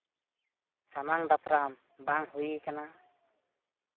ᱥᱟᱢᱟᱝ ᱫᱟᱯᱨᱟᱢ ᱵᱟᱝ ᱦᱩᱭ ᱟᱠᱟᱱᱟ